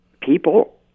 people